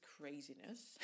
craziness